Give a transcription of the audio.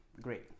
great